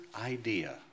idea